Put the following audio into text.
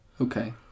Okay